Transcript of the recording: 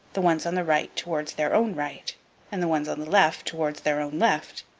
the ones on the right towards their own right and the ones on the left towards their own left,